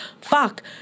fuck